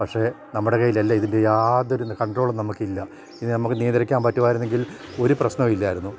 പക്ഷെ നമ്മുടെ കൈയിൽ അല്ല ഇതിൻ്റെ യാതൊരുന്ന് കൺട്രോളും നമുക്ക് ഇല്ല ഇത് നമുക്ക് നിയന്ത്രിക്കാൻ പറ്റുമായിരുന്നെങ്കിൽ ഒരു പ്രശ്നം ഇല്ലായിരുന്നു